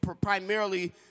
primarily